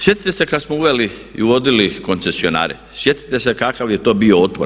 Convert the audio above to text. Sjetite se kada smo uveli i uvodili koncesionare, sjetite se kakav je to bio otpor.